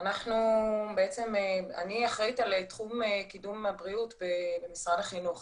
אני אחראית על תחום קידום הבריאות במשרד החינוך